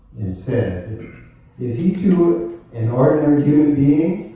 said is he too ah an ordinary human being?